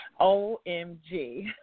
OMG